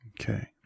Okay